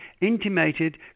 intimated